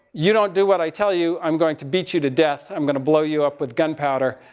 you don't do what i tell you, i'm going to beat you to death. i'm going to blow you up with gunpowder.